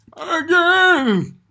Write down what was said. Again